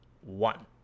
one